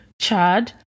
Chad